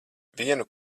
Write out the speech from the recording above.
vienu